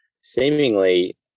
seemingly